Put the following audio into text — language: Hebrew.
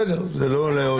בסדר, זה לא לעוד שעות.